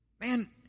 Man